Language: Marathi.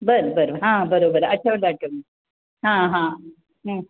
बरं बरं हां बरोबर आठवलं आठव हां हां